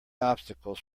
obstacles